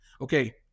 Okay